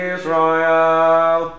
Israel